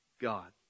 God